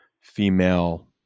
female